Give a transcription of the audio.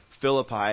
Philippi